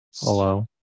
Hello